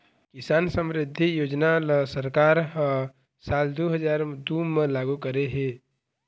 किसान समरिद्धि योजना ल सरकार ह साल दू हजार दू म लागू करे हे